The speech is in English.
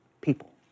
people